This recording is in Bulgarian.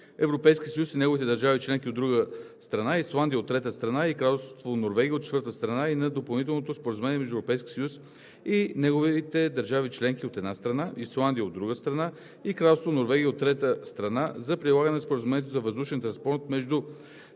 Европейския съюз и неговите държави членки, от друга страна, Исландия, от трета страна, и Кралство Норвегия, от четвърта страна, и на Допълнителното споразумение между Европейския съюз и неговите държави членки, от една страна, Исландия, от друга страна, и Кралство Норвегия, от трета страна, за прилагане на Споразумението за въздушен транспорт между